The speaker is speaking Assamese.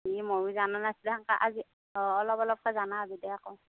এই ময়ো জানা সেংকে আজি অঁ অলপ অলপকে জানা হ'বি দে আকৌ